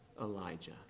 Elijah